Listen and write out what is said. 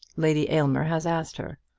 lady aylmer has asked her.